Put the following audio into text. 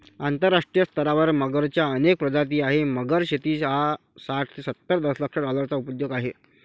आंतरराष्ट्रीय स्तरावर मगरच्या अनेक प्रजातीं मध्ये, मगर शेती हा साठ ते सत्तर दशलक्ष डॉलर्सचा उद्योग आहे